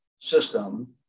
system